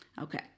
Okay